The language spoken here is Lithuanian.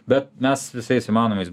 bet mes visais įmanomais